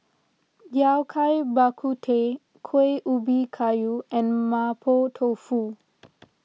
Yao Cai Bak Kut Teh Kuih Ubi Kayu and Mapo Tofu